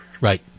Right